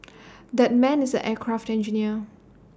that man is an aircraft engineer